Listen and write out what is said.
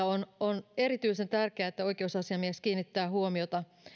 on on erityisen tärkeää että oikeusasiamies kiinnittää huomiota